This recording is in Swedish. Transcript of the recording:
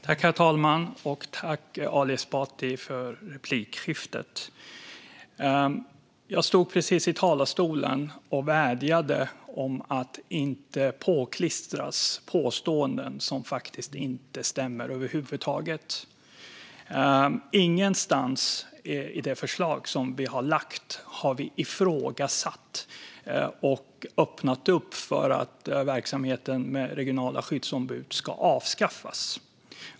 Herr talman! Tack, Ali Esbati, för repliken! Jag stod just i talarstolen och vädjade om att inte påklistras påståenden som över huvud taget inte stämmer. Ingenstans i det förslag som vi har lagt fram har vi ifrågasatt regionala skyddsombud och öppnat upp för ett avskaffande av dem.